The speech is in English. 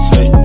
Hey